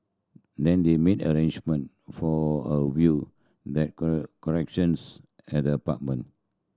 then they made arrangement for a view the collections at the apartment